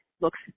looks